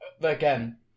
again